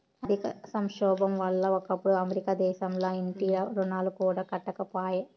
ఆర్థిక సంక్షోబం వల్ల ఒకప్పుడు అమెరికా దేశంల ఇంటి రుణాలు కూడా కట్టకపాయే